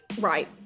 right